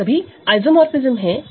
यह सभी आइसोमोरफ़िज्म है